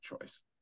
choice